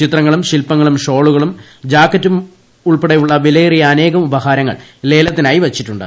ചിത്രങ്ങളും ശില്പങ്ങളും ഷോളുകളും ജാക്കറ്റുകളുമൂൾപ്പെടെ വിലയേറിയ അനേകം ഉപഹാരങ്ങൾ ലേലത്തിനായി വച്ചിട്ടുണ്ട്